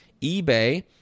eBay